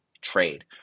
trade